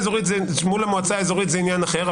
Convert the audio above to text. מול המועצה האזורית זה עניין אחר,